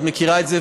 את מכירה את זה,